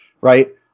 right